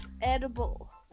Edible